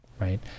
right